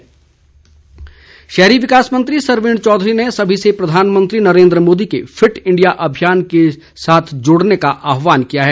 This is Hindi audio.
सरवीण चौधरी शहरी विकास मंत्री सरवीण चौधरी ने सभी से प्रधानमंत्री नरेंद्र मोदी के फिट इंडिया अभियान से जुड़ने का आहवान किया है